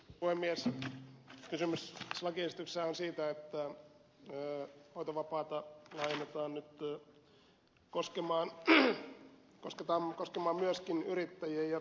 poimija san remossa lakiesitys saa siitä että hoitovapaata laajennetaan nyt koskemaan myöskin yrittäjiä